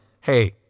hey